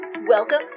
Welcome